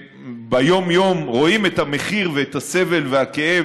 שביום-יום רואים את המחיר ואת הסבל והכאב